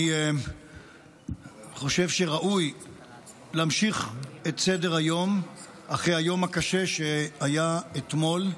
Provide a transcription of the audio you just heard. אני חושב שראוי להמשיך את סדר-היום אחרי היום הקשה שהיה אתמול.